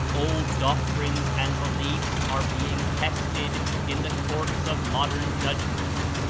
old doctrines and beliefs are being tested in the courts of modern judgment,